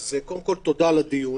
קודם כול, תודה על הדיון.